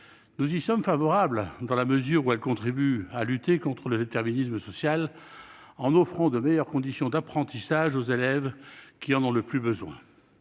Nous y sommes favorables dans la mesure où elles contribuent à lutter contre le déterminisme social, en offrant de meilleures conditions d'apprentissage aux élèves qui en ont le plus besoin.